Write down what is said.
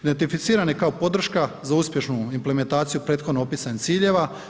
Identificiran je kao podrška za uspješnu implementaciju prethodno opisanih ciljeva.